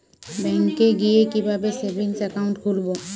ব্যাঙ্কে গিয়ে কিভাবে সেভিংস একাউন্ট খুলব?